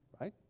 right